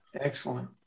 Excellent